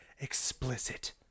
explicit